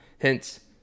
Hence